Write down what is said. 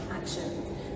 action